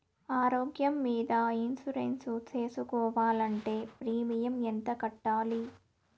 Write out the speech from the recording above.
ఆరోగ్యం మీద ఇన్సూరెన్సు సేసుకోవాలంటే ప్రీమియం ఎంత కట్టాలి?